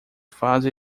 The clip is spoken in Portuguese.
fase